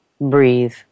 breathe